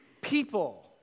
People